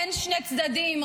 אין שני צדדים,